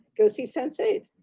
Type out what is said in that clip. go see sense eight,